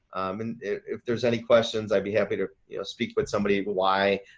and if there's any questions, i'd be happy to speak with somebody. why?